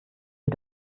sie